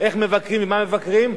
איך מבקרים ומה מבקרים,